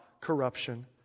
corruption